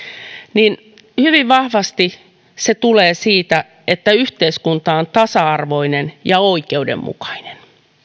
niin hyvin vahvasti se tulee siitä että yhteiskunta on tasa arvoinen ja oikeudenmukainen